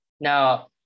Now